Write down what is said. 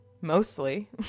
mostly